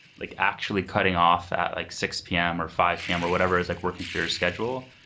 like actually cutting off at like six pm or five pm or whatever as like working through your schedule.